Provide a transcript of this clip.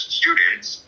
students